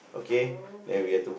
oh K